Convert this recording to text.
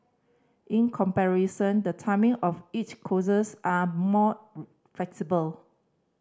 in comparison the timing of each coaches are more flexible